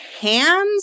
hands